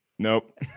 Nope